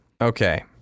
Okay